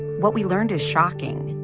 what we learned is shocking.